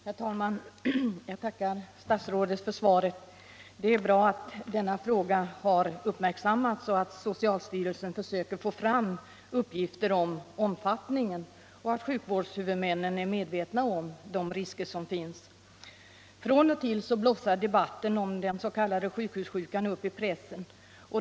Herr talman! Jag tackar statsrådet för svaret. Det är bra att denna fråga har uppmärksammats och att socialstyrelsen försöker få fram uppgifter om omfattningen och att sjukvårdshuvudmännen är medvetna om de risker som finns. Av och till blossar debatten om den s.k. sjukhussjukan upp i pressen.